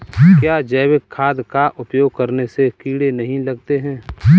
क्या जैविक खाद का उपयोग करने से कीड़े नहीं लगते हैं?